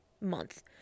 month